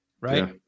Right